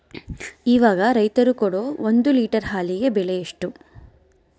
ಇವಾಗ ರೈತರು ಕೊಡೊ ಒಂದು ಲೇಟರ್ ಹಾಲಿಗೆ ಬೆಲೆ ಎಷ್ಟು?